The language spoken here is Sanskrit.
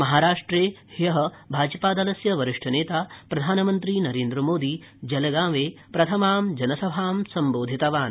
महाराष्ट्रे ह्यः भाजपादलस्य वरिष्ठनेता प्रधानमन्त्री नरेन्द्रमोदी जलगांवे प्रथमां जनसभा सम्बोधितवान्